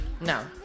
No